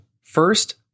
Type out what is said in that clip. First